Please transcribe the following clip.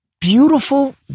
Beautiful